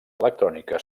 electrònica